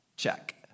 check